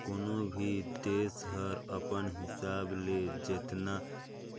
कोनो भी देस हर अपन हिसाब ले जेतना